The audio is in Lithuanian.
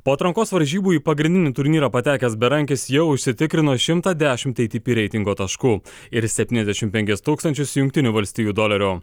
po atrankos varžybų į pagrindinį turnyrą patekęs berankis jau užsitikrino šimtą dešimt ei ti pi reitingo taškų ir septyniasdešimt penkis tūkstančius jungtinių valstijų dolerių